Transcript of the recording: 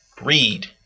read